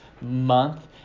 month